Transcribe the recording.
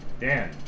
Dan